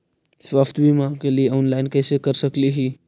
स्वास्थ्य बीमा के लिए ऑनलाइन कैसे कर सकली ही?